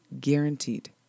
guaranteed